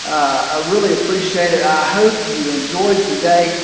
ah really appreciate it. i hope you enjoyed today.